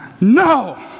No